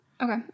Okay